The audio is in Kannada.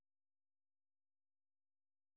ಹಾಂ ಕಡಿಮೆ ಮಾಡೋಣ ಮೂವತ್ತೈದು ರೂಪಾಯಿ ಮಾಡೋಣಂತ